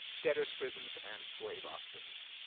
debtor's prisons and slave auctions.